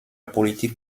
politique